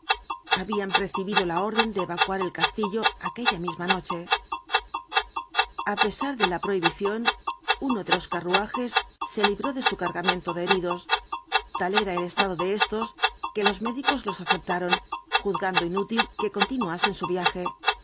habían recibido la orden de evacuar el castillo aquella misma noche a pesar de la prohibición uno de los carruajes se libró de su cargamento de heridos tal era el estado de éstos que los médicos los aceptaron juzgando inútil que continuasen su viaje